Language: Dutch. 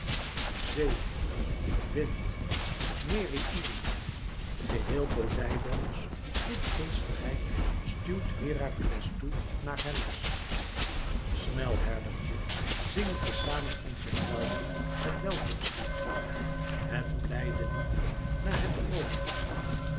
zee wind nereïden geheel poseidoons goedgunstigheid stuwt herakles toe naar hellas snel herdertje zingen te zamen onze fluiten het welkomstlied het blijde lied na het vrome lied